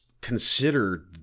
consider